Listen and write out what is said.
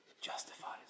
justifies